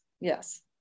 Yes